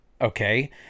Okay